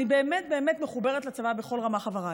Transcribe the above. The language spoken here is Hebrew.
אני באמת מחוברת לצבא בכל רמ"ח אבריי.